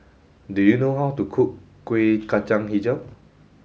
do you know how to cook Kueh Kacang Hijau